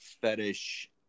fetish